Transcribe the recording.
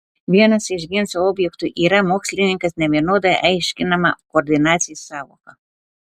vienas iš ginčo objektų yra mokslininkas nevienodai aiškinama koordinacijos sąvoka